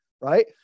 Right